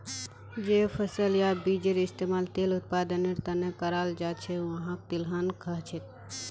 जे फसल या बीजेर इस्तमाल तेल उत्पादनेर त न कराल जा छेक वहाक तिलहन कह छेक